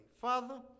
Father